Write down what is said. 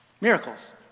miracles